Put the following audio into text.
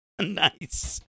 nice